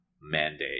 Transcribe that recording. mandate